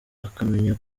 akamenya